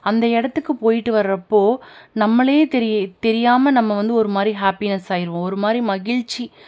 அந்த இடத்துக்கு போயிட்டு வர்றப்போ நம்மளே தெரிய தெரியாமல் நம்ம வந்து ஒரு மாதிரி ஹாப்பினஸ் ஆகிடுவோம் ஒரு மாதிரி மகிழ்ச்சி